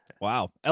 Wow